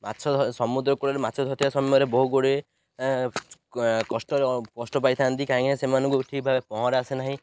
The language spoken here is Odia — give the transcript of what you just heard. ମାଛ ସମୁଦ୍ର କୂଳରେ ମାଛ ଧରିଥିବା ସମୟରେ ବହୁ ଗୁଡ଼ିଏ କଷ୍ଟ କଷ୍ଟ ପାଇଥାନ୍ତି କାହିଁକିନା ସେମାନଙ୍କୁ ଠିକ୍ ଭାବେ ପହଁରା ଆସେ ନାହିଁ